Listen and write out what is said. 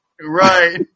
Right